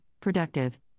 productive